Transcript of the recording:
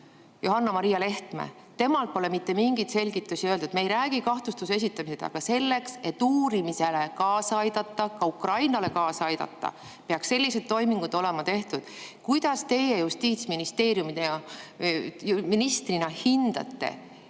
Johanna-Maria Lehtme. Temalt pole mitte mingeid selgitusi [küsitud]. Me ei räägi kahtlustuse esitamisest. Selleks, et uurimisele kaasa aidata, ka Ukraina poolele kaasa aidata, peaksid sellised toimingud olema tehtud. Kuidas teie justiitsministrina hindate,